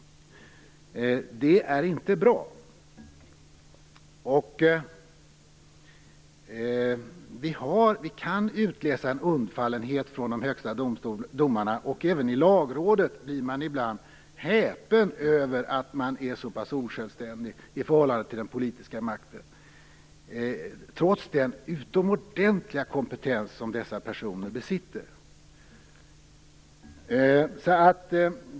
Det är inte bra. Vi kan utläsa en undfallenhet från de högsta domarna. Även i fråga om Lagrådet blir man ibland häpen över att det är så pass osjälvständigt i förhållande till den politiska makten, trots denna utomordentliga kompetens som dessa personer besitter.